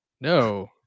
no